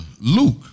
Luke